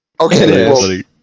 Okay